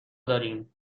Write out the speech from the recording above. داریم